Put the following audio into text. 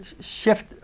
shift